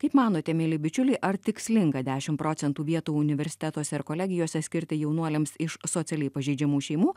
kaip manote mieli bičiuliai ar tikslinga dešim procentų vietų universitetuose ar kolegijose skirti jaunuoliams iš socialiai pažeidžiamų šeimų